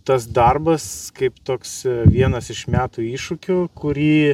tas darbas kaip toks vienas iš metų iššūkių kurį